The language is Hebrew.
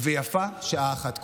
ויפה שעה אחת קודם.